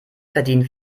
verdient